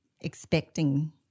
expecting